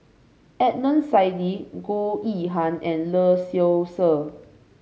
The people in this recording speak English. Adnan Saidi Goh Yihan and Lee Seow Ser